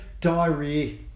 diarrhea